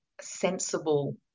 sensible